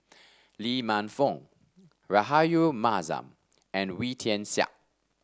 Lee Man Fong Rahayu Mahzam and Wee Tian Siak